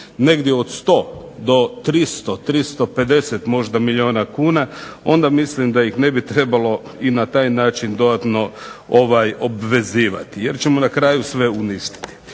negdje od 100 do 300, 350 možda milijuna kuna onda mislim da ih ne bi trebalo i na taj način dodatno obvezivati jer ćemo na kraju sve uništiti.